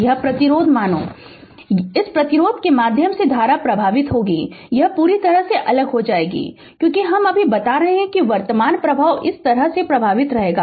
यह प्रतिरोध मानो इस प्रतिरोध के माध्यम से धारा प्रवाहित होगी यह पूरी तरह से अलग हो जाएगी क्योंकि हम अभी बता रहे है कि वर्तमान प्रवाह इस तरह से प्रवाहित होगा